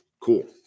Cool